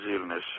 illness